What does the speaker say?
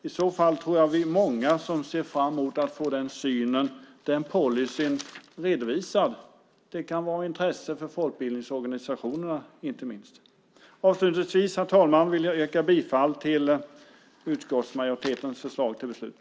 I så fall tror jag att vi är många som ser fram emot att få den policyn redovisad. Det kan vara av intresse inte minst för folkbildningsorganisationerna. Herr talman! Jag vill yrka bifall till utskottsmajoritetens förslag till beslut.